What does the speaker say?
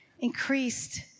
Increased